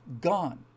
gone